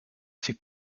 ces